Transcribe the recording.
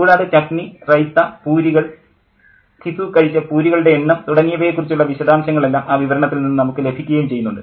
കൂടാതെ ചട്ട്ണി റൈത്ത പൂരികൾ ഘിസു കഴിച്ച പൂരികളുടെ എണ്ണം തുടങ്ങിയവയെ കുറിച്ചുള്ള വിശദാംശങ്ങളെല്ലാം ആ വിവരണത്തിൽ നിന്ന് നമുക്ക് ലഭിക്കുകയും ചെയ്യുന്നുണ്ട്